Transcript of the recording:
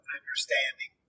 understanding